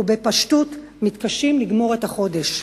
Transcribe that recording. ובפשטות מתקשים לגמור את החודש.